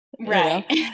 Right